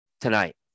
tonight